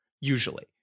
usually